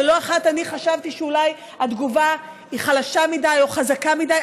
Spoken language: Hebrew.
ולא אחת חשבתי שאולי התגובה היא חלשה מדי או חזקה מדי,